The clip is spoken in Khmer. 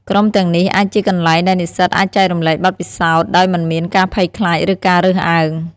ក្រុមទាំងនេះអាចជាកន្លែងដែលនិស្សិតអាចចែករំលែកបទពិសោធន៍ដោយមិនមានការភ័យខ្លាចឬការរើសអើង។